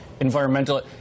environmental